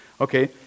Okay